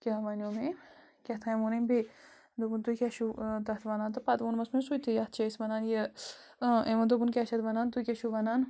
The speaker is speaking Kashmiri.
کیٛاہ وَنیو مےٚ أمۍ کیٛاہ تھام ووٚن أمۍ بیٚیہِ دوٚپُن تُہۍ کیٛاہ چھُو تَتھ وَنان تہٕ پَتہٕ ووٚنمَس مےٚ سُہ تہِ یَتھ چھِ أسۍ وَنان یہِ اۭں أمۍ ووٚن دوٚپُن کیٛاہ چھِ اَتھ وَنان تُہۍ کیٛاہ چھُو وَنان